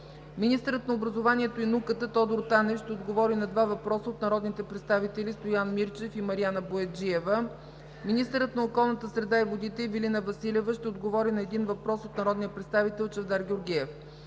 Министърът на образованието и науката Тодор Танев ще отговори на два въпроса от народните представители Стоян Мирчев и Мариана Бояджиева. 10. Министърът на околната среда и водите Ивелина Василева ще отговори на един въпрос от народния представител Чавдар Георгиев.